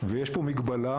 ויש פה מגבלה,